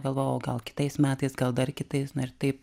galvojau gal kitais metais gal dar kitais na ir taip